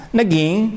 naging